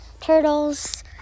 turtles